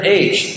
age